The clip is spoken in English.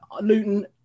Luton